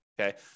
okay